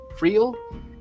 real